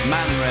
Man